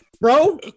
bro